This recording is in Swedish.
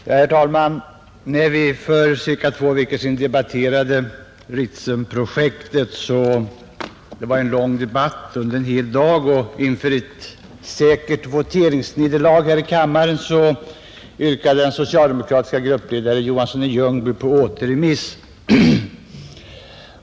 Herr talman! När vi för ca två veckor sedan debatterade Ritsemprojektet var det en lång debatt under en hel dag, och inför ett säkert voteringsnederlag här i kammaren yrkade den socialdemokratiske gruppledaren herr Johansson i Ljungby på återremiss.